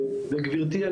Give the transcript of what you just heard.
גברתי,